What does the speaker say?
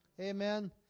Amen